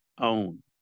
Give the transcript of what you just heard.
own